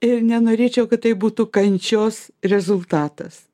ir nenorėčiau kad tai būtų kančios rezultatas